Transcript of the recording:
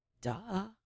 Duh